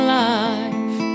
life